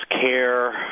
care